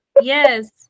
Yes